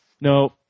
no